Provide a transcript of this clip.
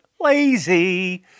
lazy